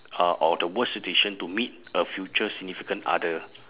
uh or the worst situation to meet a future significant other